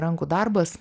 rankų darbas